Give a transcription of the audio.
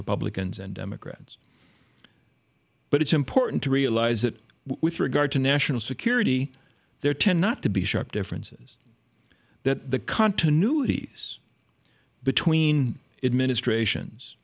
republicans and democrats but it's important to realize that with regard to national security there tend not to be sharp differences that the continuity between administrations